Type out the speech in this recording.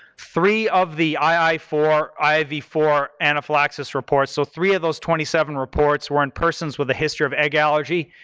three of the i i four, i v four anaphylaxis reports, so three of those twenty seven reports were in persons with a history of egg allergy,